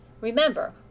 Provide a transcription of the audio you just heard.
Remember